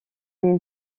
une